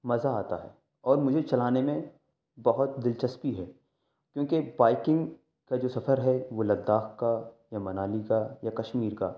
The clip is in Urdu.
مزہ آتا ہے اور مجھے چلانے میں بہت دلچسپی ہے کیونکہ بائکنگ كا جو سفر ہے وہ لدّاخ كا یا منالی كا یا كشمیر كا